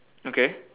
okay